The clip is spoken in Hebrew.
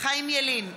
חיים ילין,